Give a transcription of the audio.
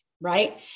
right